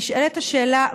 נשאלת השאלה,